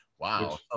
wow